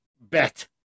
bet